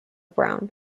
brown